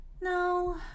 no